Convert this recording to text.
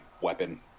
weapon